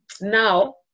now